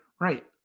right